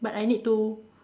but I need to